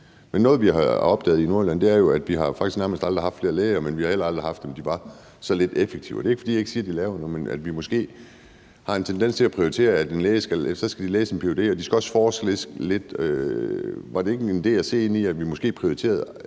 penge. Noget, vi har opdaget i Nordjylland, er jo faktisk, at vi nærmest aldrig har haft flere læger, men at vi heller aldrig har oplevet, at de var så lidt effektive. Og det er ikke, fordi jeg siger, at de ikke laver noget, men vi har måske en tendens til at prioritere, at de så skal læse en ph.d., og at de også skal forske lidt. Var det måske ikke en idé at se ind i, at vi prioriterede